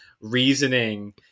reasoning